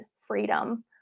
freedom